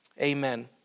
amen